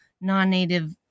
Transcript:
non-native